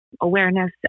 awareness